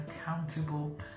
accountable